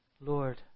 Lord